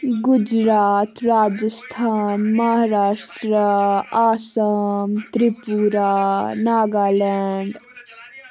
Gujarat Rajasthan Maharashtra Assam Tripura Nagaland